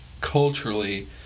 culturally